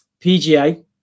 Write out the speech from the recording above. PGA